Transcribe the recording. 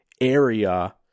area